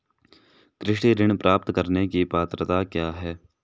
कृषि ऋण प्राप्त करने की पात्रता क्या है?